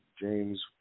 James